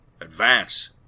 Advance